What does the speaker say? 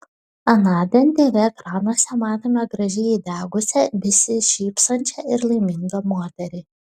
anądien tv ekranuose matėme gražiai įdegusią besišypsančią ir laimingą moterį